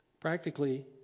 Practically